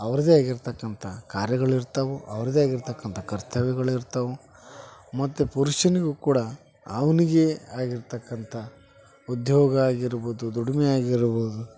ಅವ್ರದ್ದೇ ಆಗಿರತಕ್ಕಂಥ ಕಾರ್ಯಗಳಿರ್ತವೆ ಅವ್ರದ್ದೇ ಆಗಿರತಕ್ಕಂಥ ಕರ್ತವ್ಯಗಳು ಇರ್ತಾವೆ ಮತ್ತು ಪುರುಷನಿಗೂ ಕೂಡ ಅವ್ನಿಗೆ ಆಗಿರತಕ್ಕಂಥ ಉದ್ಯೋಗ ಆಗಿರ್ಬೋದು ದುಡಿಮೆ ಆಗಿರ್ಬೋದು